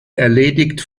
erledigt